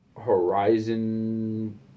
Horizon